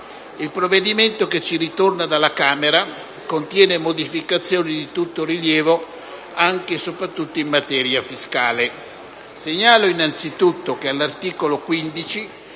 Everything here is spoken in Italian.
il provvedimento che ci ritorna dalla Camera contiene modificazioni di tutto rilievo anche e soprattutto in materia fiscale. Segnalo innanzitutto che all'articolo 15